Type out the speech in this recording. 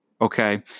okay